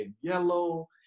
yellow